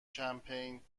کمپین